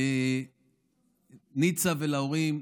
ניצה וההורים,